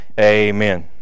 Amen